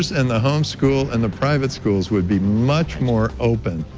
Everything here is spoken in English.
and the home school and the private schools would be much more open.